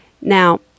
Now